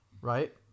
right